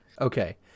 Okay